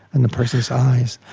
and a person's eyes,